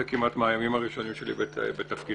כמעט מהימים הראשונים שלי בתפקידי,